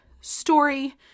story